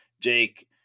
Jake